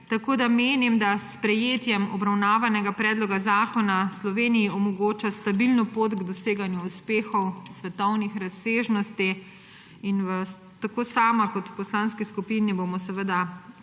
Tako menim, da s sprejetjem obravnavanega predloga zakona Sloveniji omogoča stabilno pot k doseganju uspehov svetovnih razsežnosti. Tako sama kot v poslanski skupini bomo seveda